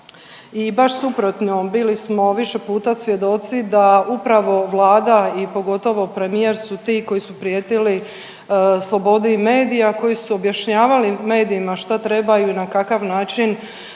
i baš suprotno, bili smo više puta svjedoci da upravo Vlada i pogotovo premijer su ti koji su prijetili slobodi medija, koji su objašnjavali medijima šta trebaju i na kakav način